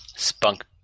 Spunk